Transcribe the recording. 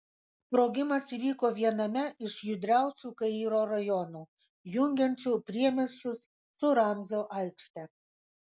sprogimas įvyko viename iš judriausių kairo rajonų jungiančių priemiesčius su ramzio aikšte